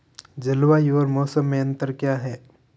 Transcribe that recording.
जलवायु और मौसम में अंतर क्या है?